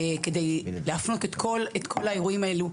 כדי להפנות את כל האירועים האלה,